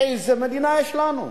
איזו מדינה יש לנו?